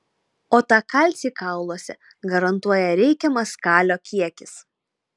o tą kalcį kauluose garantuoja reikiamas kalio kiekis